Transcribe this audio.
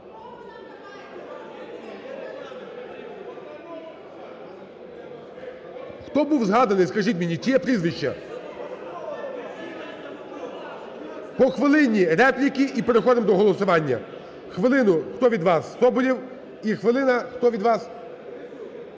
Хто був згаданий, скажіть мені, чиє прізвище? По хвилині репліки, і переходимо до голосування. Хвилину, хто від вас? Соболєв. І хвилина, хто від вас?